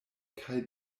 kaj